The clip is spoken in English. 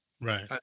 right